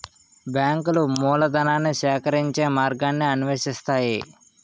బ్యాంకులు మూలధనాన్ని సేకరించే మార్గాన్ని అన్వేషిస్తాయి